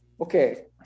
Okay